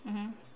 mmhmm